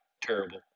terrible